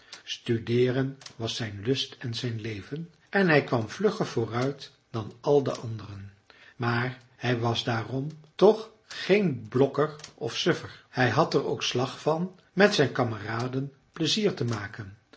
studeeren was zijn lust en zijn leven en hij kwam vlugger vooruit dan al de anderen maar hij was daarom toch geen blokker of suffer hij had er ook slag van met zijn kameraden plezier te maken